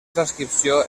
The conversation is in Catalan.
transcripció